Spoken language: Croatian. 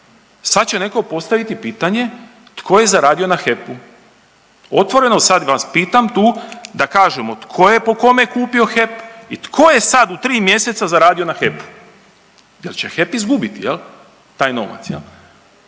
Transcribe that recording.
sad će netko postaviti pitanje tko je zaradio na HEP-u? Otvoreno sad vas pitam tu da kažemo tko je po kome kupio HEP i tko je sad u 3 mjeseca zaradio na HEP-u jel će HEP izgubiti jel, taj novac